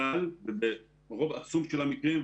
ברוב עצום של המקרים,